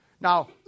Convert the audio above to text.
Now